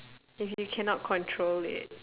if you cannot control it